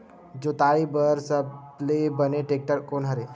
जोताई बर सबले बने टेक्टर कोन हरे?